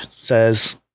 says